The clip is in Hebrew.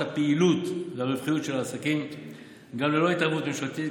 הפעילות והרווחיות של העסקים גם ללא התערבות ממשלתית.